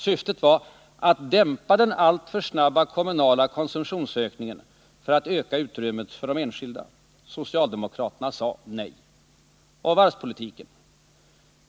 Syftet var att dämpa den alltför snabba kommunala konsumtionsökningen och öka konsumtionsutrymmet för de enskilda människorna. Socialdemokraterna sade nej. Och sedan varvspolitiken.